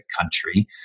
country